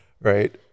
Right